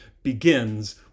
begins